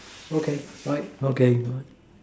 okay bye okay